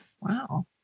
Wow